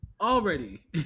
Already